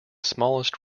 smallest